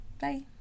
Bye